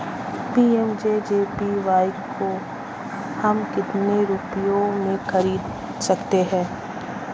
PMJJBY को हम कितने रुपयों में खरीद सकते हैं?